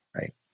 right